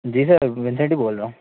जी sir Vincent ही बोल रहा हूँ